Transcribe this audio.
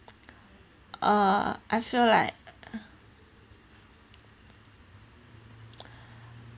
uh I feel like